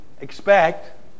expect